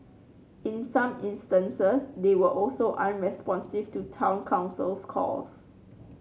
in some instances they were also unresponsive to Town Council's calls